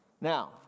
Now